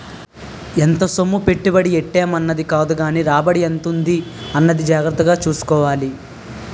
ఎంత సొమ్ము పెట్టుబడి ఎట్టేం అన్నది కాదుగానీ రాబడి ఎంతుంది అన్నది జాగ్రత్తగా సూసుకోవాలి